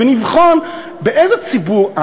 ונבחן באיזה ציבור,